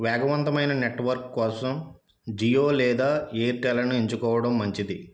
వేగవంతమైన నెట్వర్క్ కోసం జియో లేదా ఎంచుకోవడం మంచింది